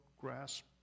grasp